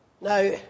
Now